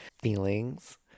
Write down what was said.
feelings